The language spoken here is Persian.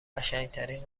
قشنگترین